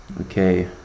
okay